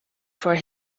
for